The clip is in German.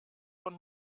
von